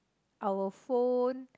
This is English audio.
our phone